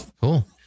Cool